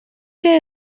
que